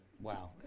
Wow